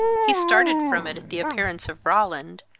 he started from it at the appearance of roland,